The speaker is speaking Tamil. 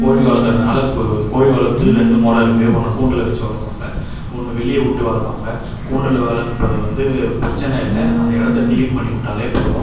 கோழி வளர்க்குறதுனால கோழி வளர்க்குறதுக்கு ரெண்டு முறருக்கு ஒன்று கூண்டில் வச்சு வளர்ப்பாங்க ஒன்று வெளியே விட்டு வளர்ப்பாங்க கூண்டில் வளர்ப்பது வந்து பிரச்சனை இல்லை அந்த இடத்த கிளீன் பண்ணிவிட்டாலே போதும்